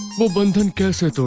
luv and and kush are